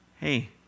hey